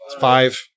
five